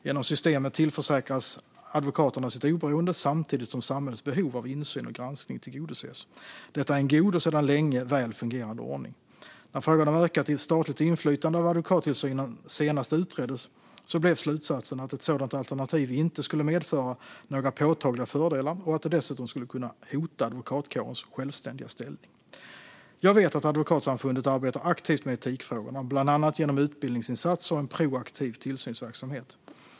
Genom systemet tillförsäkras advokaterna sitt oberoende samtidigt som samhällets behov av insyn och granskning tillgodoses. Detta är en god och sedan länge väl fungerande ordning. När frågan om ökat statligt inflytande över advokattillsynen senast utreddes blev slutsatsen att ett sådant alternativ inte skulle medföra några påtagliga fördelar och att det dessutom skulle kunna hota advokatkårens självständiga ställning. Jag vet att Advokatsamfundet arbetar aktivt med etikfrågorna, bland annat genom utbildningsinsatser och en proaktiv tillsynsverksamhet.